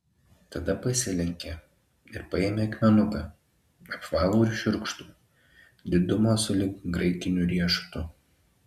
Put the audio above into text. tada pasilenkė ir paėmė akmenuką apvalų ir šiurkštų didumo sulig graikiniu riešutu